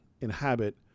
inhabit